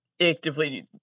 actively